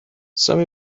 some